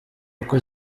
uko